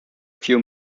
few